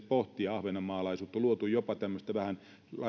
pohtia ahvenanmaalaisuutta on luotu jopa tämmöistä vähän